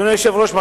אדוני היושב-ראש,